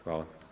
Hvala.